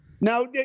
Now